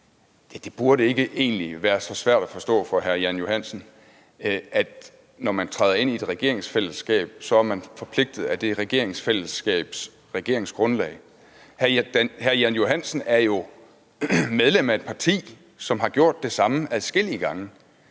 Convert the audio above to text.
egentlig ikke være så svært at forstå for hr. Jan Johansen, at når man træder ind i et regeringsfællesskab, er man forpligtet af det regeringsfællesskabs regeringsgrundlag. Hr. Jan Johansen er jo medlem af et parti, som har gjort det samme adskillige gange.